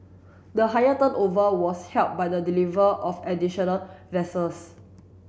the higher turnover was helped by the deliver of additional vessels